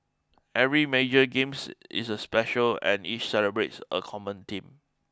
every major games is a special and each celebrates a common theme